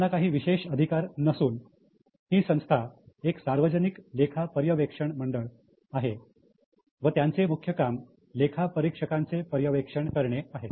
यांना काही विशेष अधिकार नसून ही संस्था एक सार्वजनिक लेखा पर्यवेक्षण मंडळ आहे व त्यांचे मुख्य काम लेखा परीक्षकांचे पर्यवेक्षण करणे आहे